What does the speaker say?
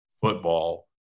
football